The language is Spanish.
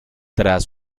tras